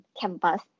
campus